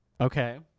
Okay